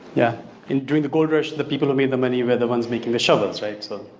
yeah and during the gold rush, and the people who made the money were the ones making the shovels, right? so